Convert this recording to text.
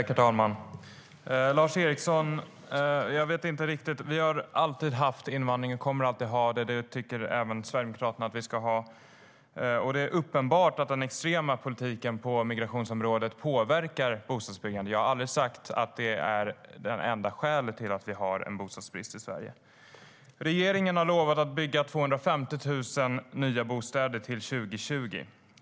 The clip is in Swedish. Herr talman! Vi har alltid haft invandring och kommer alltid att ha det. Det tycker även Sverigedemokraterna att vi ska ha. Det är uppenbart att den extrema politiken på migrationsområdet påverkar bostadsbyggandet. Jag har aldrig sagt att det är det enda skälet till att vi har en bostadsbrist i Sverige. Regeringen har lovat att bygga 250 000 nya bostäder till 2020.